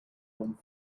one